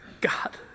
God